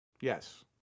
Yes